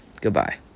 Goodbye